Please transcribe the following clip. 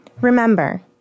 Remember